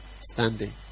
standing